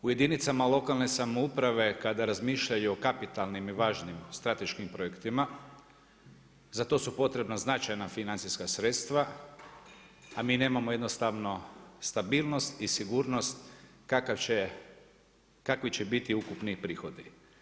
U jedinicama lokalne samouprave kada razmišljaju o kapitalnim i važnim strateškim projektima, za to potrebna značajna financijska sredstva, a mi nemamo jednostavno stabilnost i sigurnost kakvi će biti ukupni prihodi.